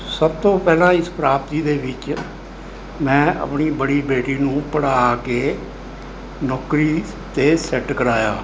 ਸਭ ਤੋਂ ਪਹਿਲਾਂ ਇਸ ਪ੍ਰਾਪਤੀ ਦੇ ਵਿੱਚ ਮੈਂ ਆਪਣੀ ਬੜੀ ਬੇਟੀ ਨੂੰ ਪੜ੍ਹਾ ਕੇ ਨੌਕਰੀ 'ਤੇ ਸੈੱਟ ਕਰਾਇਆ